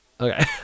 Okay